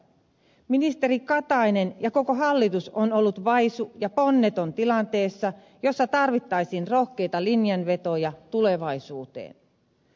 ministeri katainen ja koko hallitus on ollut vaisu ja ponneton tilanteessa jossa tarvittaisiin rohkeita linjanvetoja tulevaisuuteen